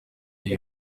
iyi